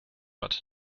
but